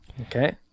Okay